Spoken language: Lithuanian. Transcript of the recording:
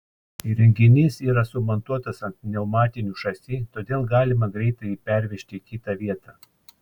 įrenginys yra sumontuotas ant pneumatinių šasi todėl galima greitai jį pervežti į kitą vietą